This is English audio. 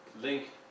link